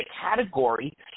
category